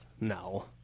No